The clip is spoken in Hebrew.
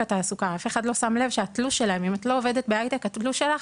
אף אחד לא שם לב שאם את לא עובדת בהייטק התלוש שלך